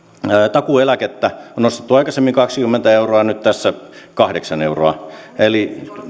takuueläkettä on nostettu aikaisemmin kaksikymmentä euroa nyt tässä kahdeksan euroa eli